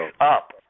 up